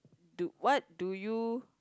do what do you